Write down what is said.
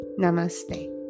Namaste